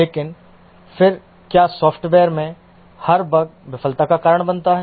लेकिन फिर क्या सॉफ्टवेयर में हर बग विफलता का कारण बनता है